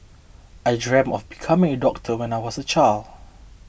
I dreamt of becoming a doctor when I was a child